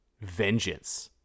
vengeance